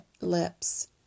lips